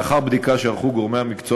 לאחר בדיקה שערכו גורמי המקצוע